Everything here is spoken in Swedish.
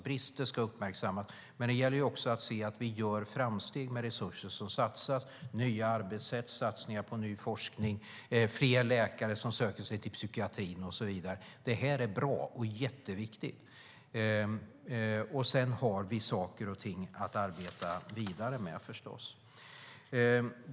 Brister ska uppmärksammas, men det gäller att också se att vi gör framsteg. Det satsas på nya arbetssätt och på ny forskning, och fler läkare söker sig till psykiatrin. Det är bra och jätteviktigt. Sedan har vi förstås saker och ting att arbeta vidare med.